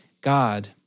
God